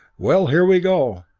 well, here we go!